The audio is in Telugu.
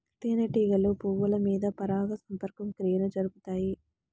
తేనెటీగలు పువ్వుల మీద పరాగ సంపర్క క్రియను జరుపుతాయి